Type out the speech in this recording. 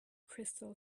crystal